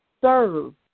serve